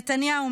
נתניהו,